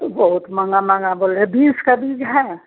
तो बहुत महँगा महँगा बोल रहे बीन्स का बीज है